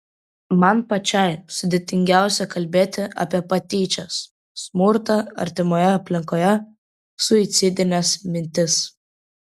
man pačiai sudėtingiausia kalbėti apie patyčias smurtą artimoje aplinkoje suicidines mintis